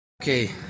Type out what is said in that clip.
Okay